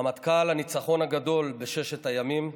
רמטכ"ל הניצחון הגדול בששת הימים,